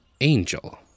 angel